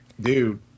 Dude